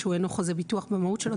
שהוא אינו חוזה ביטוח במהות שלו,